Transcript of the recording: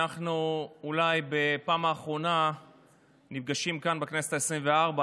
אנחנו אולי נפגשים כאן בפעם האחרונה בכנסת העשרים-וארבע.